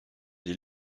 des